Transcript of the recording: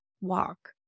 walk